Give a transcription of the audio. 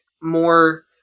more